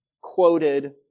quoted